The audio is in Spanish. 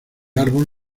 árbol